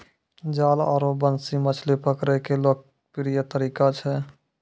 जाल आरो बंसी मछली पकड़ै के लोकप्रिय तरीका छै